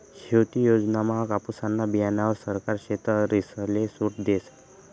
शेती योजनामा कापुसना बीयाणावर सरकार शेतकरीसले सूट देस